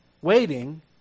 waiting